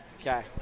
Okay